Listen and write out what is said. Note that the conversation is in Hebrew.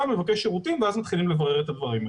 ומבקש שירותים ואז מתחילים לברר את הדברים האלה.